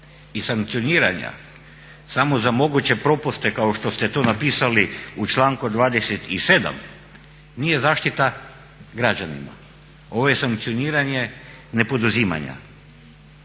i sankcioniranja samo za moguće propuste kao što ste to napisali u članku 27.nije zaštita građanima, ovo je sankcioniranje nepoduzimanja,